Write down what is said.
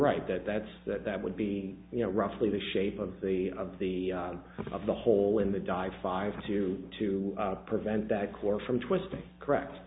right that that's that that would be you know roughly the shape of the of the of the hole in the die five two to prevent that core from twisting correct